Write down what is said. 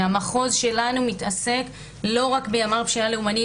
והמחוז שלנו מתעסק לא רק בימ"ר פשיעה לאומנית,